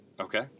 Okay